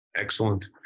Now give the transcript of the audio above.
Excellent